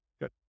Good